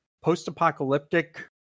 post-apocalyptic